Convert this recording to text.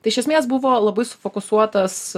tai iš esmės buvo labai sufokusuotas